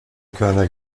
körner